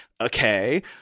Okay